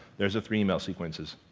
there's the free email sequences.